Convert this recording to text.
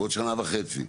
בעוד שנה וחצי.